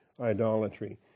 idolatry